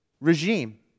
regime